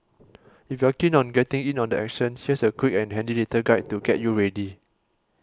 if you're keen on getting in on the action she's a quick and handy little guide to get you ready